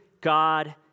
God